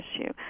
issue